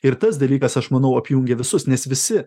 ir tas dalykas aš manau apjungia visus nes visi